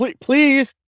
please